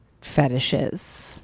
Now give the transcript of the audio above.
fetishes